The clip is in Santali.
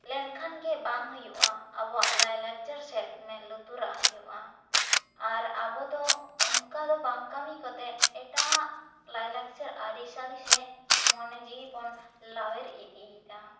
ᱞᱮᱱᱠᱷᱟᱱ ᱜᱮ ᱵᱟᱝ ᱦᱩᱭᱩᱜᱼᱟ ᱟᱵᱚᱣᱟᱜ ᱞᱟᱭ ᱞᱟᱠᱪᱟᱨ ᱥᱮᱫ ᱢᱮᱫ ᱞᱩᱛᱩᱨᱟᱜ ᱦᱩᱭᱩᱜᱼᱟ ᱟᱨ ᱟᱵᱚ ᱫᱚ ᱚᱱᱠᱟ ᱵᱟᱝ ᱠᱟᱹᱢᱤ ᱠᱟᱛᱮᱫ ᱮᱴᱟᱜ ᱞᱟᱭ ᱞᱟᱠᱪᱟᱨ ᱟᱹᱨᱤ ᱪᱟᱹᱞᱤ ᱥᱮᱫ ᱢᱚᱱᱮ ᱡᱤᱣᱤ ᱵᱚᱱ ᱞᱟᱣᱮᱨ ᱤᱫᱤᱭᱮᱫᱟ